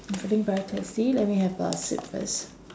I'm feeling very thirsty let me have a sip first